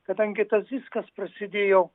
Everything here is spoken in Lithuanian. kadangi tas viskas prasidėjo